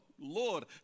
Lord